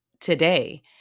today